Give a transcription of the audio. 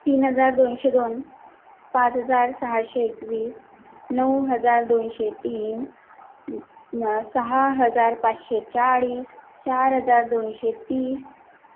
तीन हजार दोनशे दोन पाच हजार सहाशे एकवीस नऊ हजार दोनशे तीन सहा हजार पाचशे चाळीस चार हजार दोनशे तीस